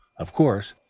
of course